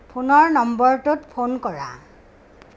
ফোনৰ নম্বৰটোত ফোন কৰা